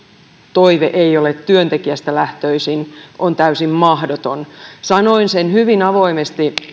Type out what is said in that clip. toive ei ole työntekijästä lähtöisin on täysin mahdoton sanoin sen hyvin avoimesti